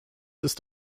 ist